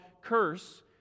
curse